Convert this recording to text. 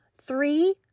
Three